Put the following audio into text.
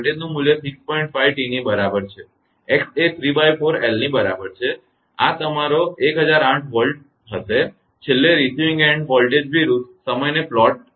5T ની બરાબર છે અને x એ ¾𝑙 ની બરાબર છે તે તમારો 1008 Volt હશે અને છેલ્લે રિસીવીંગ એન્ડ વોલ્ટેજ વિરુધ્ધ સમય ને પ્લોટ કરોઆલેખન કરો